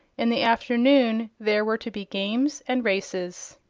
in the afternoon there were to be games and races.